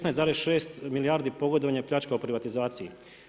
16,6 milijardi pogodovanja i pljački u privatizaciji.